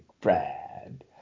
Brad